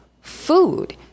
food